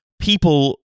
people